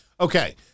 Okay